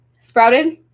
Sprouted